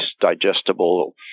digestible